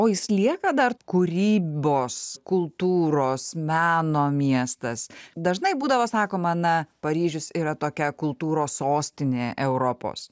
o jis lieka dar kūrybos kultūros meno miestas dažnai būdavo sakoma na paryžius yra tokia kultūros sostinė europos